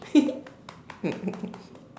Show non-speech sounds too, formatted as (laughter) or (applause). (laughs)